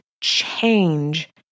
change